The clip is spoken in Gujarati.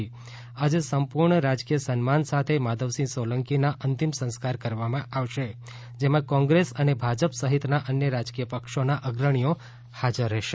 ત્યારે આજે સંપૂર્ણ સન્માન સાથે માધવસિંહ સોલંકીના અંતિમ સંસ્કાર કરવામાં આવશે જેમાં કોંગ્રેસ અને ભાજપ સહિતના અન્ય રાજકીય પક્ષોના અગ્રણીઓ હાજર રહેશે